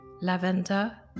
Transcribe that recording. lavender